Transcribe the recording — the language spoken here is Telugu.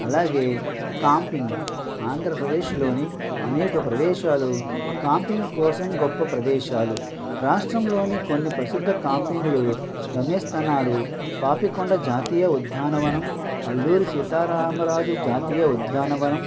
అలాగే కాంపింగ్ ఆంధ్రప్రదేశ్లోని అనేక ప్రదేశాలు కాంపింగ్ కోసం గొప్ప ప్రదేశాలు రాష్ట్రంలోని కొన్ని ప్రసిద్ధ కాంపింగ్లు గమ్యస్థానాలు పాపికొండ జాతీయ ఉద్యానవనం అల్లూరి సీతారామరాజు జాతీయ ఉద్యానవనం